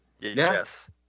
yes